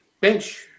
bench